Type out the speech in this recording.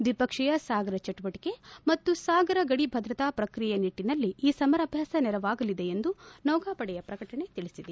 ದ್ವಿಪಕ್ಷೀಯ ಸಾಗರ ಚಟುವಟಕೆ ಮತ್ತು ಸಾಗರ ಗಡಿ ಭದ್ರತಾ ಪ್ರಕ್ರಿಯೆ ನಿಟ್ಟನಲ್ಲಿ ಈ ಸಮರಾಭ್ಯಾಸ ನೆರವಾಗಲಿದೆ ಎಂದು ನೌಕಾಪಡೆ ಪ್ರಕಟಣೆ ತಿಳಿಸಿದೆ